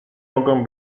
mogą